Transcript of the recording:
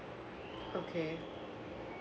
okay